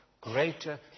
greater